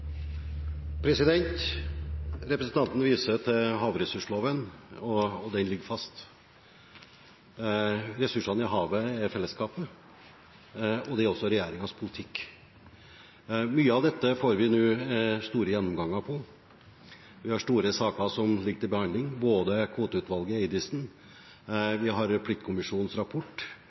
Representanten viser til havressursloven, og den ligger fast. Ressursene i havet er fellesskapets. Det er også regjeringens politikk. Mye av dette får vi nå store gjennomganger av. Vi har store saker som ligger til behandling, både kvoteutvalget – Eidesen-utvalget – vi har pliktkommisjonens rapport